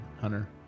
hunter